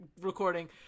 recording